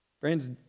Friends